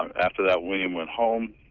um after that, william went home,